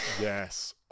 Yes